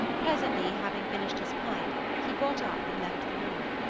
presently, having finished his pipe, he got up and left the room.